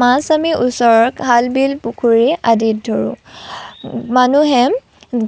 মাছ আমি ওচৰৰ খাল বিল পুখুৰী আদিত ধৰোঁ মানুহে